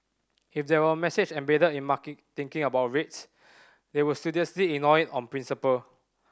if there were a message embedded in market thinking about rates they would studiously ignore on principle